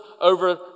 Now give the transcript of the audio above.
over